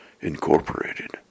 Incorporated